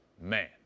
man